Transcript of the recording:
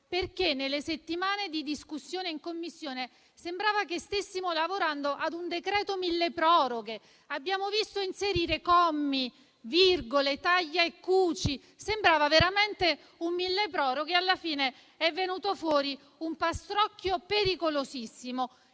perché nelle settimane di discussione in Commissione sembrava che stessimo lavorando a un decreto milleproroghe: abbiamo visto inserire commi, virgole, taglia e cuci. Sembrava veramente un milleproroghe e alla fine è venuto fuori un pastrocchio pericolosissimo